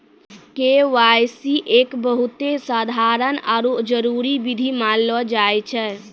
KYC एक बहुते साधारण आरु जरूरी विधि मानलो जाय छै